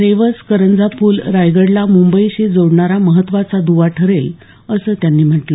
रेवस करंजा पूल रायगडला मुंबईशी जोडणारा महत्वाचा दुवा ठरेल असं त्यांनी म्हटलं